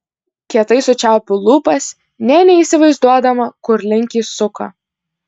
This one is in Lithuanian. kietai sučiaupiu lūpas nė neįsivaizduodama kur link jis suka